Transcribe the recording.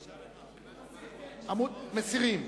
מסירים.